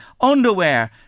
underwear